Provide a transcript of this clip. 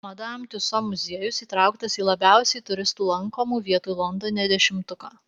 madam tiuso muziejus įtrauktas į labiausiai turistų lankomų vietų londone dešimtuką